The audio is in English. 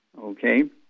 okay